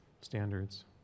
standards